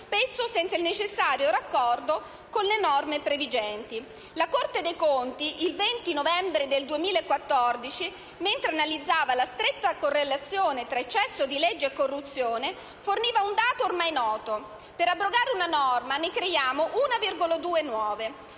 spesso senza il necessario raccordo con le norme previgenti. La Corte dei conti, il 20 novembre del 2014, mentre analizzava la stretta correlazione tra eccesso di leggi e corruzione, forniva un dato ormai noto: per abrogare una norma ne creiamo 1,2 nuove.